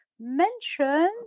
mentioned